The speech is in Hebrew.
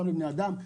לבני אדם,